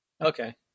Okay